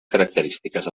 característiques